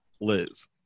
Liz